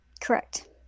Correct